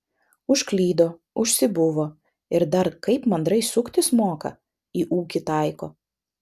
užklydo užsibuvo ir dar kaip mandrai suktis moka į ūkį taiko